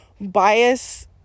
bias